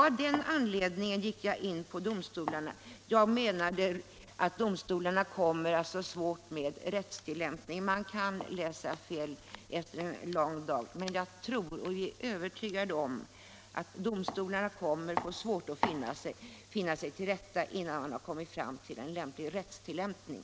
Av den anledningen gick jag in på domstolarnas tillämpning. Jag menade att domstolarna kommer att få svårt med rättstillämpningen - man kan läsa fel efter en lång dag. Jag tror och är övertygad om att domstolarna kommer att få svårt att finna sig till rätta innan de kommit fram till en lämplig rättstillämpning.